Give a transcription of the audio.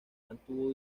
mantuvo